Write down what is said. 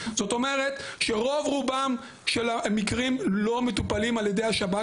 זאת אומרת שרוב רובם של המקרים לא מטופלים על ידי השב"כ